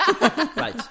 Right